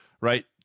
right